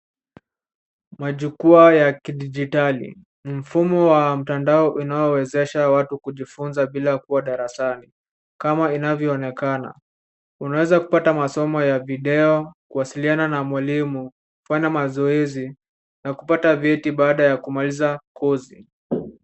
Majukwaa ya kidijitali ni mfumo wa mtandao unaowezesha kujifunza bila kuwa darasani, kama inavyonekana. Unaweza kupata masomo ya video, kuwasiliana na mwalimu, kufanya mazoezi na kupata vyeti baada ya kumaliza kozi.